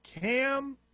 Cam